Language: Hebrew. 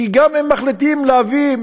כי גם אם מחליטים להביא,